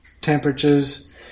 temperatures